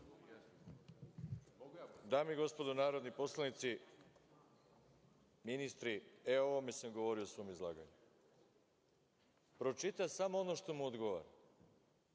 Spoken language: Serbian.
Dame i gospodo narodni poslanici, ministri, e, o ovome sam govorio u svom izlaganju. Pročita samo ono što mu odgovara